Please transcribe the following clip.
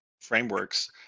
frameworks